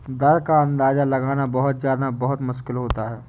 दरों का अंदाजा लगाना बहुत ज्यादा मुश्किल होता है